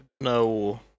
no